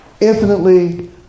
infinitely